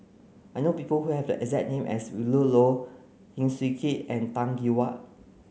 I know people who have a exact name as Willin Low Heng Swee Keat and Tan Gee Paw